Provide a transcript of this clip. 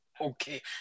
Okay